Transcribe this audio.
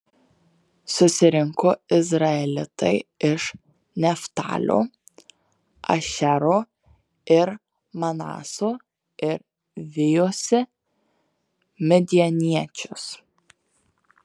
susirinko izraelitai iš neftalio ašero ir manaso ir vijosi midjaniečius